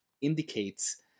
indicates